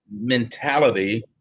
mentality